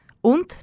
und